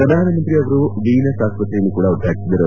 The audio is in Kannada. ಪ್ರಧಾನಮಂತ್ರಿ ಅವರು ವೀನಸ್ ಆಸ್ಪತ್ರೆಯನ್ನೂ ಉದ್ವಾಟಿಸಿದರು